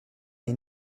est